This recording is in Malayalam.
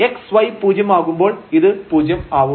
x y പൂജ്യം ആകുമ്പോൾ ഇത് പൂജ്യം ആവും